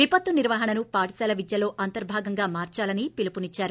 విపత్తు నిర్వహణను పాఠశాల విద్యలో అంతర్బాగంగా మార్చాలని పిలుపునిచ్చారు